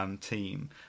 Team